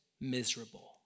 miserable